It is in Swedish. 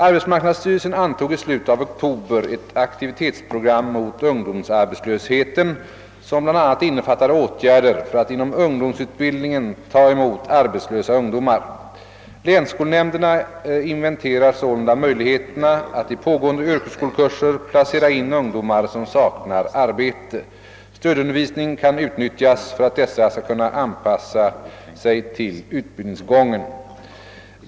Arbetsmarknadsstyrelsen antog i slutet av oktober ett aktivitetsprogram mot ungdomsarbetslösheten, som bl.a. innefattade åtgärder för att inom ungdomsutbildningen ta emot arbetslösa ungdomar. Länsskolnämnderna inventerar sålunda möjligheterna att i pågående yrkesskolkurser placera in ungdomar som saknar arbete. Stödundervisning kan utnyttjas för att dessa skall kunna anpassa sig till utbildningsgången.